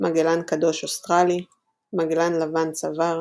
מגלן קדוש אוסטרלי מגלן לבן-צוואר